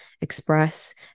express